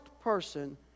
person